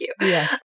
Yes